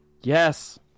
Yes